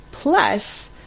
Plus